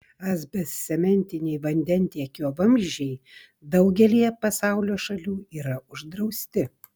asbestcementiniai vandentiekio vamzdžiai daugelyje pasaulio šalių yra uždrausti